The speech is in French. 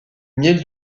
miel